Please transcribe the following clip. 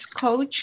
Coach